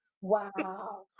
wow